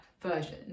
version